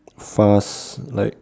fast like